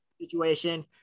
situation